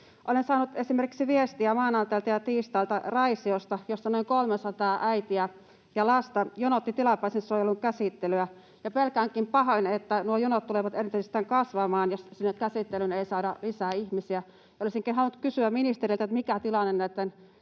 Olen saanut esimerkiksi viestiä maanantailta ja tiistailta Raisiosta, jossa noin 300 äitiä ja lasta jonotti tilapäisen suojelun käsittelyä, ja pelkäänkin pahoin, että nuo jonot tulevat entisestään kasvamaan, jos sinne käsittelyyn ei saada lisää ihmisiä. Olisinkin halunnut kysyä ministeriltä, mikä on tilanne näitten